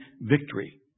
victory